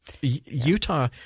Utah